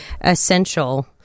essential